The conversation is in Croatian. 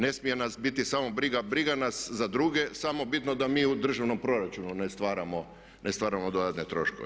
Ne smije nas biti samo briga, briga nas za druge samo bitno da mi u državnom proračunu ne stvaramo dodatne troškove.